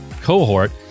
cohort